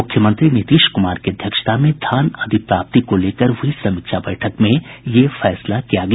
मुख्यमंत्री नीतीश कुमार की अध्यक्षता में धान अधिप्राप्ति को लेकर हुई समीक्षा बैठक में यह फैसला किया गया